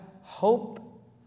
hope